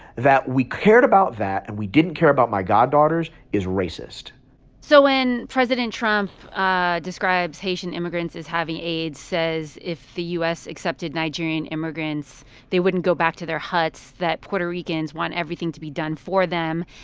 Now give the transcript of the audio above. that we cared about that and we didn't care about my goddaughters is racist so when president trump ah describes haitian immigrants as having aids, says if the u s. accepted nigerian immigrants they wouldn't go back to their huts, that puerto ricans want everything to be done for them,